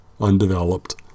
undeveloped